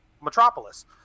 Metropolis